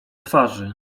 twarzy